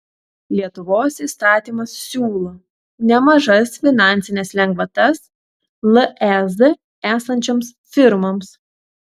lietuvos įstatymas siūlo nemažas finansines lengvatas lez esančioms firmoms